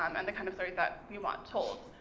um and the kind of stories that we want told.